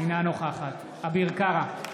אינה נוכחת אביר קארה,